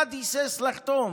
אחד היסס לחתום,